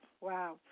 Wow